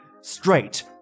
straight